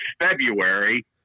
February